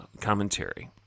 commentary